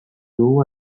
dugu